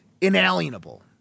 inalienable